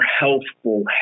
healthful